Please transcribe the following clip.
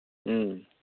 ꯎꯝ